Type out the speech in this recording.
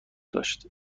داشت